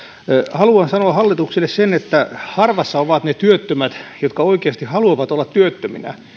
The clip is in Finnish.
haluan sanoa hallitukselle sen että harvassa ovat ne työttömät jotka oikeasti haluavat olla työttöminä